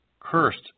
Cursed